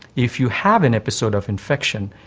if you have an episode of infection,